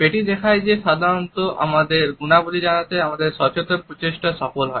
পেটি দেখায় যে সাধারণত আমাদের গুণাবলী জানাতে আমাদের সচেতন প্রচেষ্টা সফল হয়